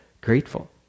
grateful